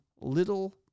little